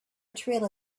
trail